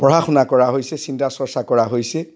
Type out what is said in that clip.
পঢ়া শুনা কৰা হৈছে চিন্তা চৰ্চা কৰা হৈছে